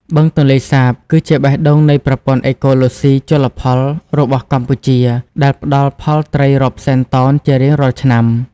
បឹងទន្លេសាប គឺជាបេះដូងនៃប្រព័ន្ធអេកូឡូស៊ីជលផលរបស់កម្ពុជា ដែលផ្តល់ផលត្រីរាប់សែនតោនជារៀងរាល់ឆ្នាំ។